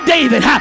David